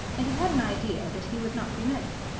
and he had an idea that he would not be missed.